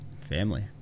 family